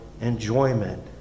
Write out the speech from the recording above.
enjoyment